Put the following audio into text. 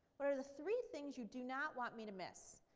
what are the three things you do not want me to miss?